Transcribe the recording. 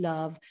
Love